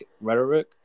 rhetoric